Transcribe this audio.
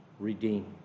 redeemed